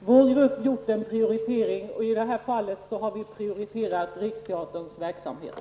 Herr talman! Som jag sade tidigare har vi i vår grupp gjort en prioritering. I det här fallet har vi prioriterat Riksteaterns verksamhet.